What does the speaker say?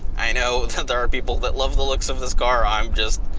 i know, that there are people that love the looks of this car, i'm just,